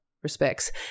respects